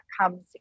comes